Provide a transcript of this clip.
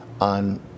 on